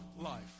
life